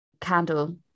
candle